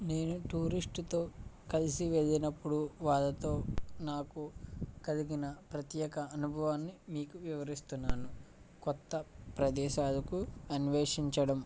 నేను టూరిస్ట్తో కలిసి వెళ్ళినప్పుడు వాళ్ళతో నాకు కలిగిన ప్రత్యేక అనుభవాన్ని మీకు వివరిస్తున్నాను కొత్త ప్రదేశాలకు అన్వేషించడం